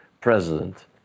president